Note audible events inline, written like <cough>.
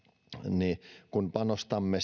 kun panostamme <unintelligible>